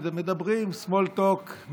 מדברים סמול טוק,